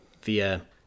via